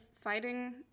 fighting